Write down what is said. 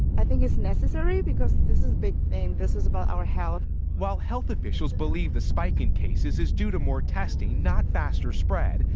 i think it's necessary because this is big thing. this is about our health. reporter while health officials believe the spike in cases is due to more testing, not faster spread,